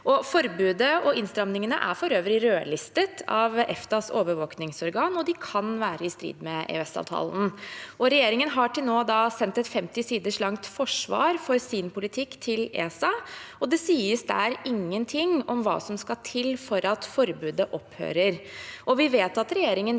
Forbudet og innstrammingene er for øvrig rødlistet av EFTAs overvåkingsorgan, og de kan være i strid med EØS-avtalen. Regjeringen har til nå sendt et femti siders langt forsvar for sin politikk til ESA, og det sies der ingenting om hva som skal til for at forbudet opphører. Vi vet at regjeringen vil